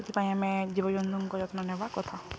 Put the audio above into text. ସେଥିପାଇଁ ଆମେ ଜୀବଜନ୍ତୁଙ୍କ ଯତ୍ନ ନେବା କଥା